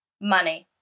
Money